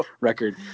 record